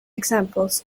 examples